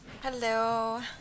Hello